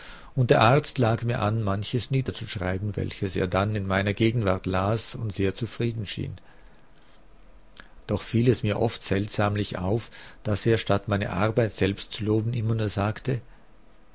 und der arzt lag mir an manches niederzuschreiben welches er dann in meiner gegenwart las und sehr zufrieden schien doch fiel es mir oft seltsamlich auf daß er statt meine arbeit selbst zu loben immer nur sagte